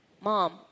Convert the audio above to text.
mom